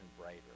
brighter